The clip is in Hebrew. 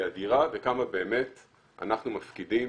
היא אדירה וכמה באמת אנחנו מפקידים